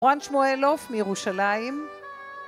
רון שמואלוף מירושלים